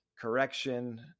Correction